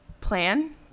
plan